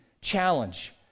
challenge